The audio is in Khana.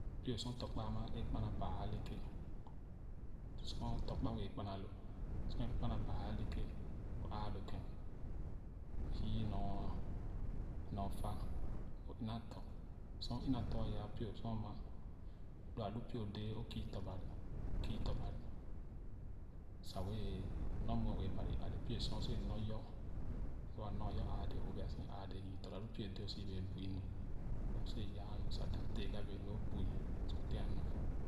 Pie sor tɔ̄kpa ama ē kpa na i baa alèke sor tɔ̄kpa wɛɛ kpana lo sor ē kpana baa alèke o āā lo kèn yii nor nor fa ina tɔ̄ sor ò ina tɔ̄ aya pie sor ama lo alu pie dee o kii tɔ̄ bani o kii tɔ̄ bari sa wɛɛ nor muɛ ue bari ale pie so o so wɛɛ nor yo sor wia nɔ’a yo āādɛɛ o bia so āādɛɛ yii tɔ̄ lo a pie dee o so bee bui nu o dap si wɛɛ yaa nu so teegan bee nu o bui sa de ay nu